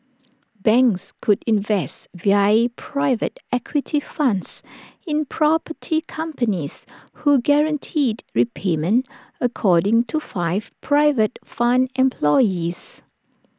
banks could invest via private equity funds in property companies who guaranteed repayment according to five private fund employees